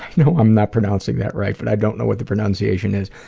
know i'm not pronouncing that right but i don't know what the pronunciation is.